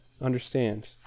understand